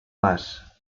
mas